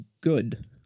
good